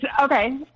okay